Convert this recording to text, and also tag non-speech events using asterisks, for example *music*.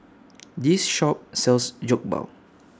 *noise* This Shop sells Jokbal